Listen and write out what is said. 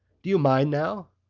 do you mind now?